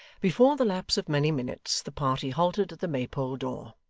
before the lapse of many minutes the party halted at the maypole door.